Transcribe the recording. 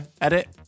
edit